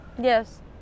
Yes